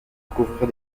couvrir